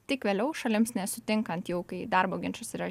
tik vėliau šalims nesutinkant jau kai darbo ginčas yra